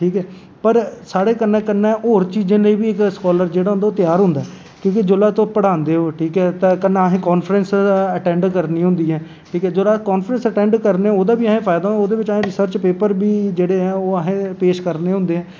ठीक ऐ पर साढ़े कन्नै कन्नै होर चीज़ें लेई बी इक्क स्कॉलर जेह्ड़ा ओह् त्यार होंदा ऐ क्योंकि जेल्लै तुस पढ़ांदे ओह् ठीक ऐ ते कन्नै असें कांफ्रैंस अटेंड करनी होंदी ऐ ठीक ऐ जेल्लै कांफ्रैंस अटैंड करने ओह्दा बी असें फायदा ओह्दे बिच बी अस रिसर्च पेपर बी जेह्ड़े ओह् असें पेश करने होंदे